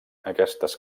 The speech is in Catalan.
aquestes